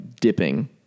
dipping